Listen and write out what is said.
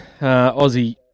Aussie